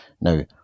Now